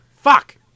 Fuck